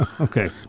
okay